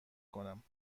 کنم